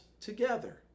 together